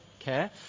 Okay